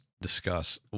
discuss